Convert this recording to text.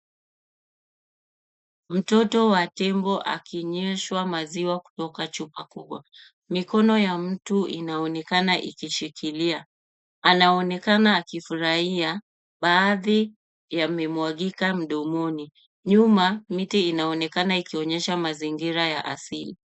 Mtoto wa tembo akinyweshwa maziwa kutoka chupa kubwa. Mikono ya mtu inaonekana ikishikilia. Anaonekana akifurahia. Baadhi yamemwagika mdomoni. Nyuma, miti inaonekana ikionyesha mazingira ya asili.